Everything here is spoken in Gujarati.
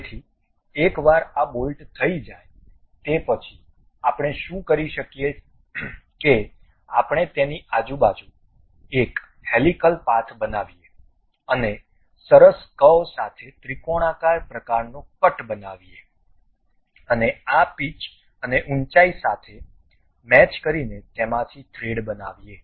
તેથી એકવાર આ બોલ્ટ થઈ જાય તે પછી આપણે શું કરી શકીએ કે આપણે તેની આજુબાજુ એક હેલીકલ પાથ બનાવીએ અને સરસ કર્વ સાથે ત્રિકોણાકાર પ્રકારનો કટ બનાવીએ અને આ પિચ અને ઉંચાઇ સાથે મેચ કરીને તેમાંથી થ્રેડ બનાવીએ